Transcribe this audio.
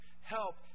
help